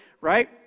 Right